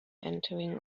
entering